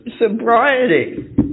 sobriety